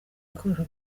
ibikoresho